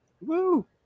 woo